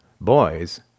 Boys